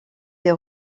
des